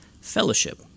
fellowship